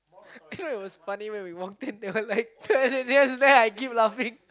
you know it was funny when we walked in they were like the then I keep laughing